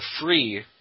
free